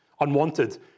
Unwanted